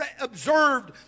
observed